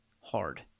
hard